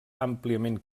àmpliament